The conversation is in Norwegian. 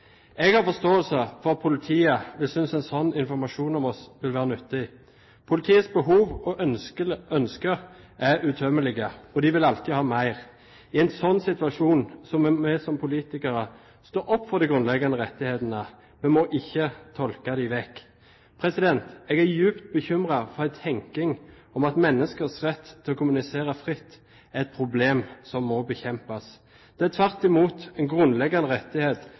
Jeg har forståelse for at politiet vil synes en slik informasjon om oss vil være nyttig. Politiets behov og ønsker er utømmelige, og de vil alltid ha mer. I en slik situasjon må vi som politikere stå opp for de grunnleggende rettighetene. Vi må ikke tolke dem vekk. Jeg er dypt bekymret for en tenkning om at menneskers rett til å kommunisere fritt er et problem som må bekjempes. Det er tvert imot en grunnleggende rettighet